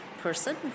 person